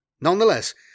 Nonetheless